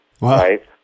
right